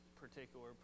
particular